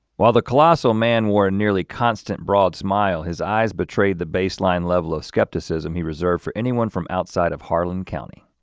while the colossal man wore a nearly constant broad smile, his eyes betrayed the baseline level of skepticism he reserved for anyone from outside of harlan county.